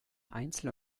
einzel